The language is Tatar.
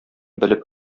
белеп